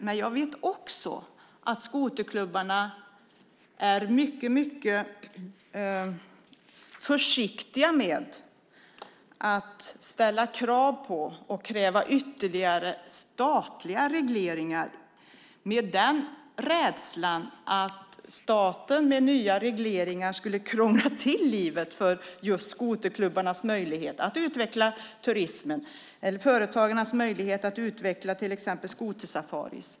Men jag vet också att skoterklubbarna är mycket försiktiga med att kräva ytterligare statliga regleringar av rädsla för att staten med nya regleringar skulle krångla till livet för skoterklubbarna och minska deras möjlighet att utveckla turismen eller företagarnas möjlighet att utveckla till exempel skotersafarier.